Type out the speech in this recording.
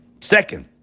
Second